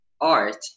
art